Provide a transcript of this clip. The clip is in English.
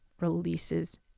releases